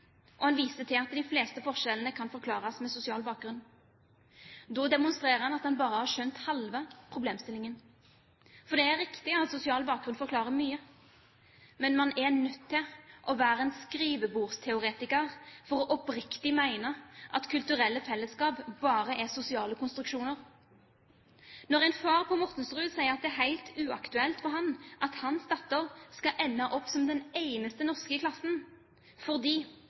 og viser til at de fleste forskjellene kan forklares med sosial bakgrunn. Da demonstrerer han at han bare har skjønt halve problemstillingen. Det er riktig at sosial bakgrunn forklarer mye, men man er nødt til å være en skrivebordsteoretiker for oppriktig å mene at kulturelle fellesskap bare er sosiale konstruksjoner. Når en far på Mortensrud sier at det er helt uaktuelt for ham at hans datter skal ende opp som den eneste norske i klassen,